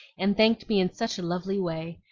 and thanked me in such a lovely way.